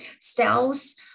styles